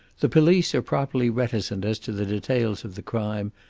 the police are properly reticent as to the details of the crime,